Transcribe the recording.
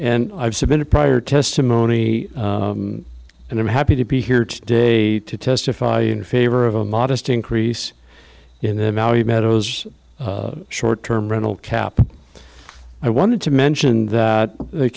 and i've submitted prior testimony and i'm happy to be here today to testify in favor of a modest increase in the value meadows short term rental cap i wanted to mention that the